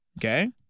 Okay